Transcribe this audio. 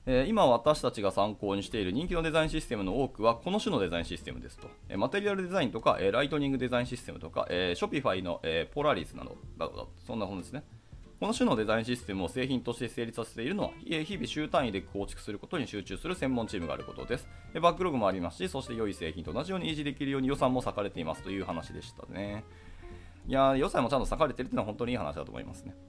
えー、今私たちが参考にしている人気のデザインシステムの多くはこの種のデザインシステムですと。えー、Material Designとか、えー、Lightning Design Systemとか、えー、Shopifyの、えー、Polarisなど、などだと。そんなものですね。この種のデザインシステムを製品として成立させているのは、日々、週単位で構築することに集中する専門チームがあることです。で、バックログもありますし、そして良い製品と同じように維持できるように予算も割かれていますという話でしたね。いやー、予算もちゃんと割かれてるっていうのは本当にいい話だと思いますね。